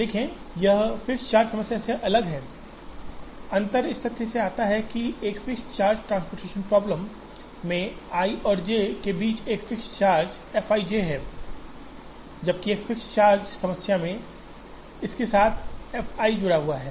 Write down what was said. देखें यह fixed charge समस्या से अलग है अंतर इस तथ्य से आता है कि एक फिक्स्ड चार्ज ट्रांसपोर्टेशन प्रॉब्लम में i और j के बीच एक charge fixed charge f i j है जबकि एक फिक्स्ड चार्ज समस्या में इसके साथ में एक f i जुड़ा हुआ है